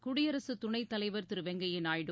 குடியரசு துணைத் தலைவர் திரு வெங்கைய்யா நாயுடு